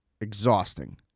Exhausting